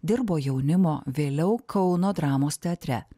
dirbo jaunimo vėliau kauno dramos teatre